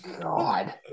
God